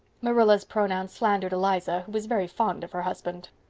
marilla's pronouns slandered eliza, who was very fond of her husband.